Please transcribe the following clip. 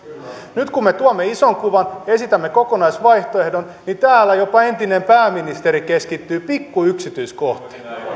nyt kun me tuomme ison kuvan esitämme kokonaisvaihtoehdon niin täällä jopa entinen pääministeri keskittyy pikku yksityiskohtiin